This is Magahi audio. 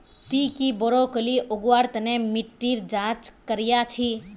ती की ब्रोकली उगव्वार तन मिट्टीर जांच करया छि?